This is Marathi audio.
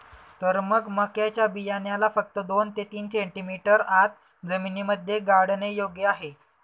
तर मग मक्याच्या बियाण्याला फक्त दोन ते तीन सेंटीमीटर आत जमिनीमध्ये गाडने योग्य आहे